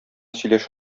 сөйләшә